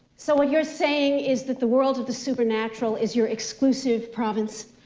so what you're saying is that the world of the supernatural is your exclusive province?